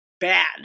bad